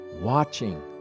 watching